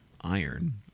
iron